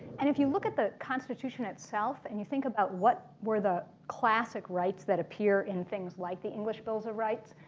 and if you look at the constitution itself and you think about what were the classic rights that appear in things like the english bills of rights,